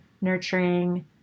nurturing